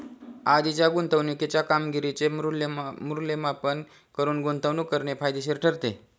आधीच्या गुंतवणुकीच्या कामगिरीचे मूल्यमापन करून गुंतवणूक करणे फायदेशीर ठरते